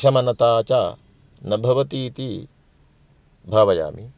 प्रशमनता च न भवति इति भावयामि